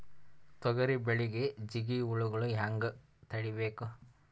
ತೊಗರಿ ಬೆಳೆಗೆ ಜಿಗಿ ಹುಳುಗಳು ಹ್ಯಾಂಗ್ ತಡೀಬೇಕು?